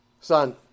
Son